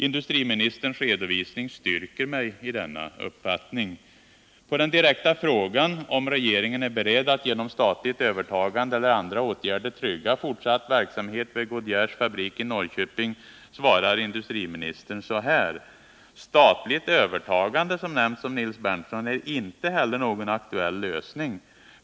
Industriministerns redovisning stärker mig i denna uppfattning. På den direkta frågan om regeringen är beredd att genom statligt övertagande eller andra åtgärder trygga fortsatt verksamhet vid Goodyears fabrik i Norrköping svarade industriministern: ”Statligt övertagande, som nämnts av Nils Berndtson, är inte heller någon aktuell lösning.